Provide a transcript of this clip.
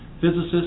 physicists